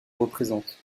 représente